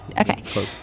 okay